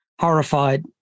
horrified